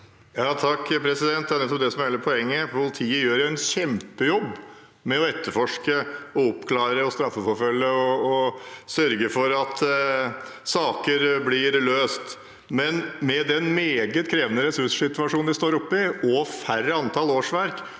hele poenget. Politiet gjør en kjempejobb med å etterforske, oppklare, straffeforfølge og sørge for at saker blir løst. Samtidig: Med den meget krevende ressurssituasjonen vi står oppe i, og færre antall årsverk,